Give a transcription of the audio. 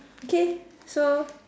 okay so